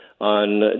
on